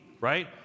right